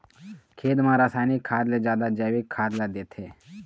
खेती म रसायनिक खाद ले जादा जैविक खाद ला देथे